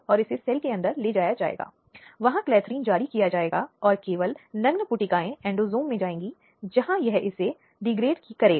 और इसलिए राज्य की ओर से अदालत के समक्ष मामले का बचाव करने के लिए राज्य अभियोजक को नियुक्त करता है